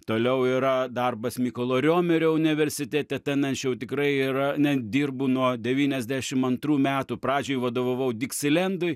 toliau yra darbas mykolo riomerio universitete ten aš jau tikrai yra nedirbu nuo devyniasdešim antrų metų pradžiai vadovavau diksilendui